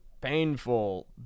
painful